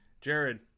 Jared